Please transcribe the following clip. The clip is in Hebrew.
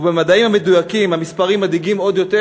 ובמדעים המדויקים המספרים מדאיגים עוד יותר: